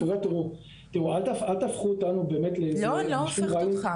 תראו, אל תהפכו אותנו באמת לאיזה אנשים רעים.